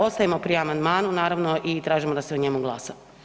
Ostajemo pri amandmanu, naravno i tražimo da se o njemu glasa.